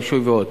הרישוי ועוד.